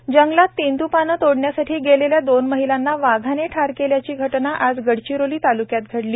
वाघ हल्ला जंगलात तेंदूपाने तोडण्यासाठी गेलेल्या दोन महिलांना वाघाने ठार केल्याच्या घटना आज गडचिरोली तालुक्यात घडल्या